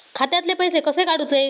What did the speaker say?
खात्यातले पैसे कसे काडूचे?